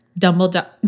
Dumbledore